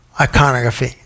iconography